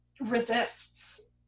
resists